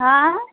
हाँ